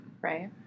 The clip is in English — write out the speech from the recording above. right